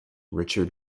richard